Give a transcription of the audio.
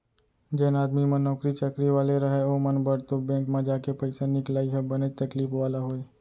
जेन आदमी मन नौकरी चाकरी वाले रहय ओमन बर तो बेंक म जाके पइसा निकलाई ह बनेच तकलीफ वाला होय